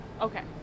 Okay